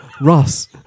Ross